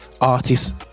artists